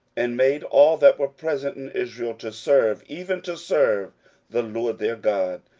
and made all that were present in israel to serve, even to serve the lord their god.